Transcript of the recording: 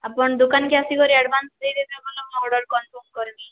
ଆପଣ ଦୁକାନ୍କେ ଆସିକରି ଆଡ଼ଭାନ୍ସ ଦେଇଦେଲେ ଭଲ ମୁଁ ଅର୍ଡ଼ର କନଫର୍ମ କରିମି